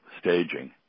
staging